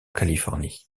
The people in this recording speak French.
californie